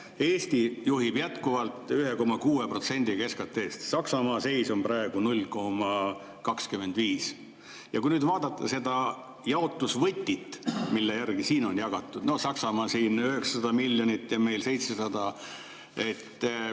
Eesti juhib jätkuvalt 1,6%‑ga SKT‑st, Saksamaa seis on praegu 0,25%. Kui vaadata seda jaotusvõtit, mille järgi siin on jagatud, siis Saksamaal on 900 miljonit ja meil 700.